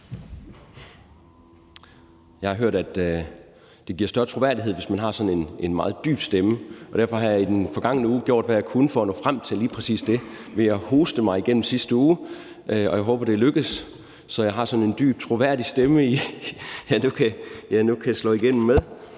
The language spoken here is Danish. Jeg har hørt, at det giver større troværdighed, hvis man har sådan en meget dyb stemme, og derfor har jeg i den forgangne uge gjort, hvad jeg kunne, for at nå frem til lige præcis det ved at hoste mig igennem sidste uge. Jeg håber, det er lykkedes, så jeg har sådan en dyb, troværdig stemme, jeg nu kan slå igennem med